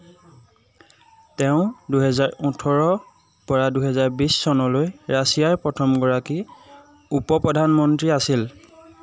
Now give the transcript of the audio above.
তেওঁ দুহেজাৰ ওঠৰৰপৰা দুহেজাৰ বিছ চনলৈ ৰাছিয়াৰ প্ৰথমগৰাকী উপ প্ৰধানমন্ত্ৰী আছিল